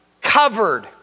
covered